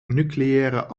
nucleaire